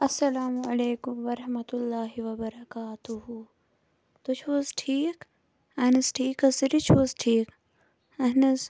اَسَلامُ علیکُم وَرَحمَتُہ اللہِ وَ بَرَکاتہوٗ تُہۍ چھِو حٕظ ٹھیٖک اہن حظ ٹھیٖک حٕظ سٲری چھِو حٕظ ٹھیٖکھ اہن حظ